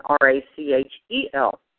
R-A-C-H-E-L